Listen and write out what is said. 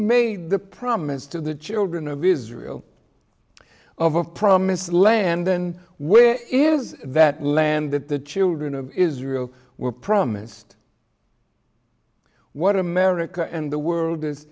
made the promise to the children of israel of promised land then where is that land that the children of israel were promised what america and the world is